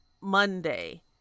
monday